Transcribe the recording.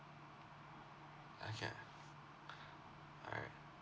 okay all right